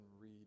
read